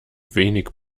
wenig